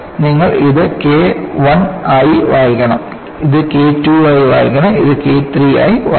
നിങ്ങൾ ഇത് K I ആയി വായിക്കണം ഇത് K II ആയി വായിക്കണം ഇത് K III ആയി വായിക്കണം